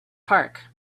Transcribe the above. park